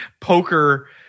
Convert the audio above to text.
poker